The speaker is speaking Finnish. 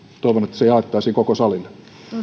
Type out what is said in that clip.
toivon että se jaettaisiin koko salille